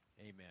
Amen